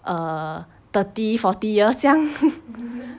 err thirty forty years 这样